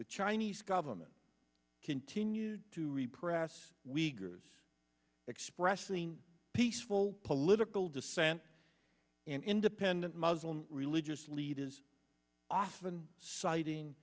the chinese government continued to repress we group is expressing peaceful political dissent an independent muslim religious leader is often citing